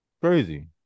Crazy